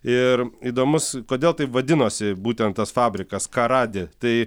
ir įdomus kodėl taip vadinosi būten tas fabrikas karadi tai